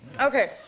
Okay